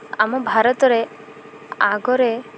ଆମ ଭାରତରେ ଆଗରେ